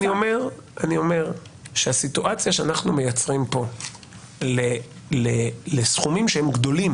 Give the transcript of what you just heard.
אני אומר שהסיטואציה שאנחנו מייצרים פה לסכומים שהם גדולים